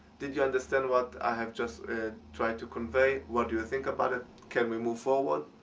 did you understand what i have just tried to convey? what do you think about it? can we move forward?